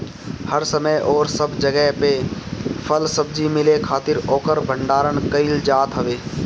हर समय अउरी सब जगही पे फल सब्जी मिले खातिर ओकर भण्डारण कईल जात हवे